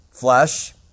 Flesh